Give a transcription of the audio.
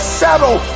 settle